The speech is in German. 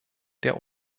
der